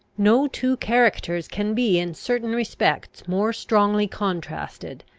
no two characters can be in certain respects more strongly contrasted,